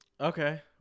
Okay